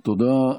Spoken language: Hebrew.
תודה.